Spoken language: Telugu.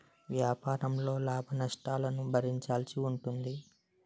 వ్యాపారంలో లాభనష్టాలను భరించాల్సి ఉంటుంది